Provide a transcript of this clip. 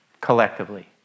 collectively